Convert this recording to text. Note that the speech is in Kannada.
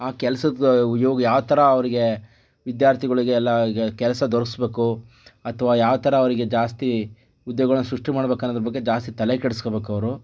ಕೆಲಸದ ಯುವ ಯಾವ ಥರ ಅವರಿಗೆ ವಿದ್ಯಾರ್ಥಿಗಳಿಗೆಲ್ಲ ಕೆಲಸ ದೊರಕಿಸಬೇಕು ಅಥವಾ ಯಾವ ಥರ ಅವರಿಗೆ ಜಾಸ್ತಿ ಉದ್ಯೋಗಗಳನ್ನ ಸೃಷ್ಟಿ ಮಾಡಬೇಕು ಅನ್ನೋದ್ರ ಬಗ್ಗೆ ಜಾಸ್ತಿ ತಲೆ ಕೆಡ್ಸ್ಕೊಬೇಕವ್ರು